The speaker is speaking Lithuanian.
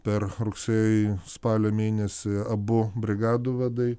per rugsėjį spalio mėnesį abu brigadų vadai